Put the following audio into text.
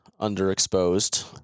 underexposed